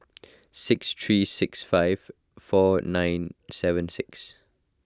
six three six five four nine seven six